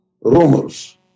Rumors